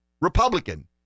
Republican